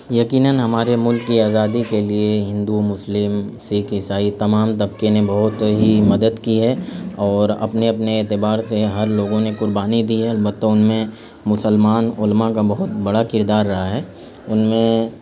یقیناً ہمارے ملک کی آزادی کے لیے ہندو مسلم سکھ عیسائی تمام طبقے نے بہت ہی مدد کی ہے اور اپنے اپنے اعتبار سے ہر لوگوں نے قربانی دی ہے البتہ ان میں مسلمان علماء کا بہت بڑا کردار رہا ہے ان میں